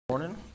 Morning